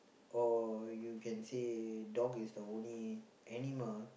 or you can say dog is the only animal